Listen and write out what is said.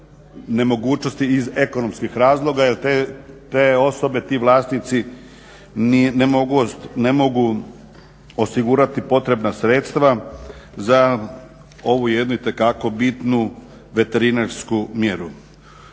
nemogućnosti iz ekonomskih razloga, jel te osobe, ti vlasnici ne mogu osigurati potrebna sredstva za ovu jednu itekako bitnu veterinarsku mjeru.